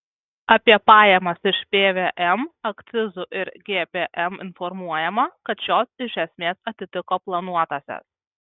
apie pajamas iš pvm akcizų ir gpm informuojama kad šios iš esmės atitiko planuotąsias